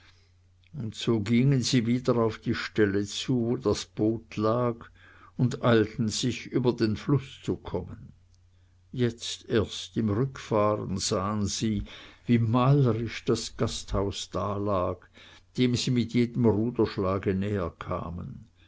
und so gingen sie wieder auf die stelle zu wo das boot lag und eilten sich über den fluß zu kommen jetzt erst im rückfahren sahen sie wie malerisch das gasthaus dalag dem sie mit jedem ruderschlage näher kamen